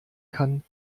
kann